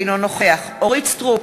אינו נוכח אורית סטרוק,